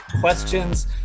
questions